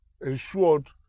ensured